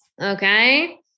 okay